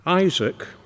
Isaac